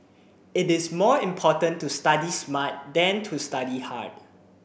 it is more important to study smart than to study hard